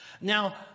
Now